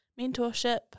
mentorship